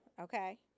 Okay